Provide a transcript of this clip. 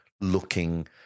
looking